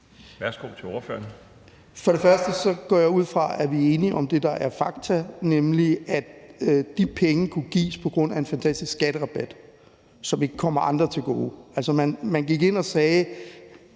og fremmest går jeg ud fra, at vi er enige om det, der er fakta, nemlig at de penge kunne gives på grund af en fantastisk skatterabat, som ikke kommer andre til gode. Altså, man gik ind og sagde,